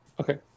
Okay